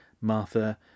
Martha